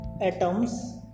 atoms